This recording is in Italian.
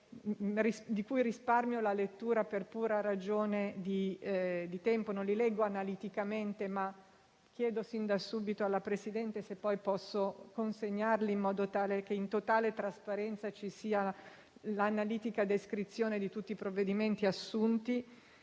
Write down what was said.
dei provvedimenti per pura ragione di tempo; non li leggo analiticamente, ma chiedo sin da subito alla Presidente se posso consegnarli, in modo tale che in totale trasparenza ci sia l'analitica descrizione di tutti i provvedimenti assunti.